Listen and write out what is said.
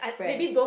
suppress